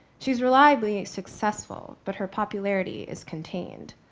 she's reliably successful, but her popularity is contained.